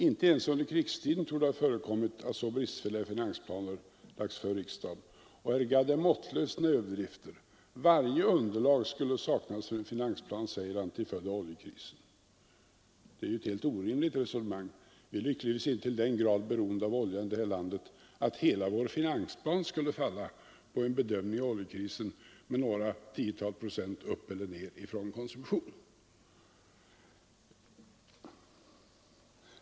Inte ens under krigstiden torde det ha förekommit att så bristfälliga finansplaner lades fram i riksdagen. Herr Gadd är måttlös i sina överdrifter. Varje underlag skulle saknas för en finansplan till följd av oljekrisen, säger han. Det är ett helt orimligt resonemang. Vi är lyckligtvis inte till den grad beroende av olja i det här landet att hela vår finansplan skulle falla på en bedömning av oljekrisen med några tiotal procent upp eller ner i fråga om konsumtion.